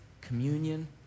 Communion